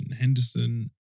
Henderson